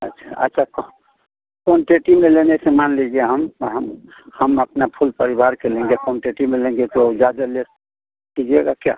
अच्छा अच्छा क्वान्टिटी में लेने से मान लीजिए हम हम हम अपना फुल परिवार के लेंगे क्वान्टिटी में लेंगे तो ज़्यादा लेस कीजिएगा क्या